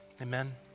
amen